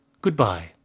Goodbye